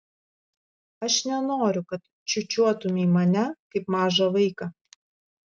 aš nenoriu kad čiūčiuotumei mane kaip mažą vaiką